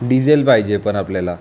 diesel पाहिजे पण आपल्याला